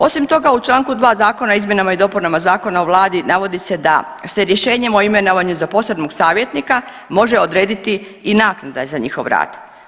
Osim toga u Članku 2. Zakona o izmjena i dopunama Zakona o vladi navodi se da se rješenjem o imenovanju za posebnog savjetnika može odrediti i naknada za njihov rad.